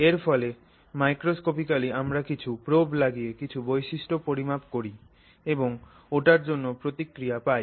এর ফলে মাইক্রোস্কোপিক্যালি আমরা কিছু প্রব লাগিয়ে কিছু বৈশিষ্ট্য পরিমাপ করি এবং ওটার জন্য প্রতিক্রিয়া পাই